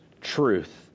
truth